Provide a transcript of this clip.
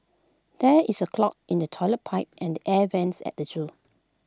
there is A clog in the Toilet Pipe and the air Vents at the Zoo